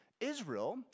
Israel